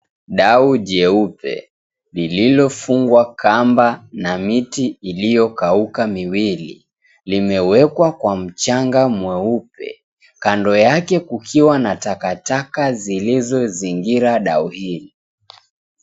Dau jeupe lililofungwa kamba na miti iliyokauka miwili, limewekwa kwa mchanga mweupe. Kando yake kukiwa na takataka zilizozingira dau hili.